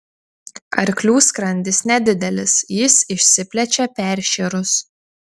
arklių skrandis nedidelis jis išsiplečia peršėrus